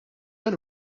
dan